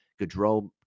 Gaudreau